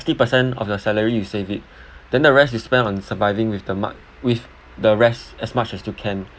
sixty percent of your salary you save it then the rest is spent on surviving with the mo~ with the rest as much as you can